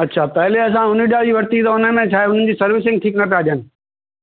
अच्छा पहिले असां हुनजा ई वरिती त हुन में छा आहे की हुनजी सर्विसिंग ठीकु नथा ॾियनि